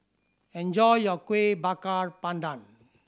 enjoy your Kuih Bakar Pandan